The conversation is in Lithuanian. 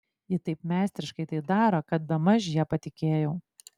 ji taip meistriškai tai daro kad bemaž ja patikėjau